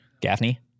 Gaffney